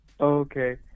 Okay